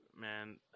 man